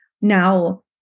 Now